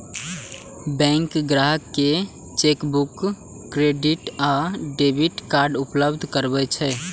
bank ग्राहक कें chequebook, credit आ डेबिट कार्ड उपलब्ध करबै छै